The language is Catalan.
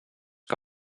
que